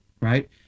right